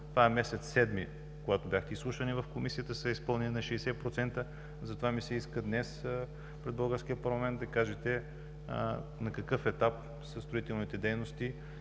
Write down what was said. това е месец седми, когато бяхте изслушан в Комисията, са изпълнени на 60%. Затова ми се иска днес пред българския парламент да кажете на какъв етап са строителните дейности